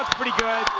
ah pretty good.